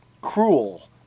cruel